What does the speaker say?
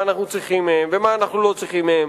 אנחנו צריכים מהם ומה אנחנו לא צריכים מהם.